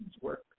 work